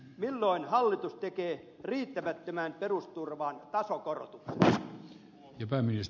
milloin hallitus tekee riittämättömään perusturvaan tasokorotuksen